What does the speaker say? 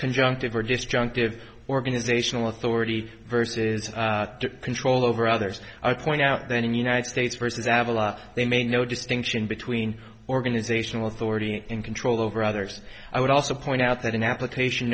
conjunctive or disjunctive organizational authority verses control over others i point out then in the united states versus avalon they may no distinction between organizational authority and control over others i would also point out that in application